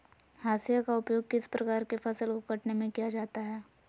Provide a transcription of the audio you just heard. हाशिया का उपयोग किस प्रकार के फसल को कटने में किया जाता है?